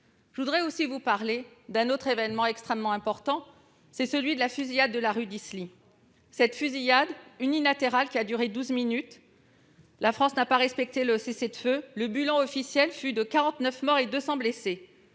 Je tiens à vous parler d'un autre événement extrêmement important : la fusillade de la rue d'Isly, cette fusillade unilatérale qui a duré douze minutes. La France n'a pas respecté le cessez-le-feu : le bilan officiel fut de 49 morts et 200 blessés